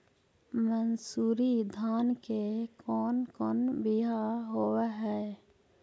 मनसूरी धान के कौन कौन बियाह होव हैं?